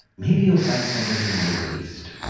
maybe you'll find somebody in the middle east.